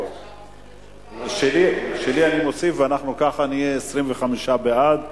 שלי אני מוסיף, ואנחנו ככה נהיה 25 בעד.